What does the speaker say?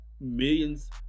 millions